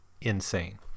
insane